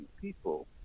people